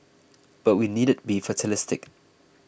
but we needn't be fatalistic